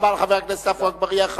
תודה רבה לחבר הכנסת עפו אגבאריה.